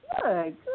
Good